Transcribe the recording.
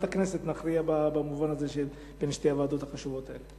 הכנסת נכריע בין שתי הוועדות החשובות האלה.